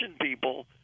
people